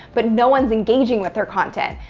but no one's engaging with their content.